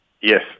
Yes